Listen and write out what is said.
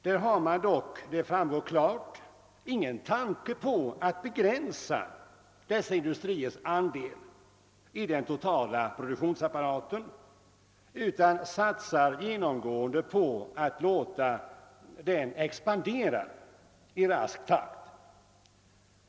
Där har man dock — det framgår klart — ingen tanke på att begränsa dessa industriers andel av den totala produktionen utan satsar genomgående på att låta dem expandera i rask takt.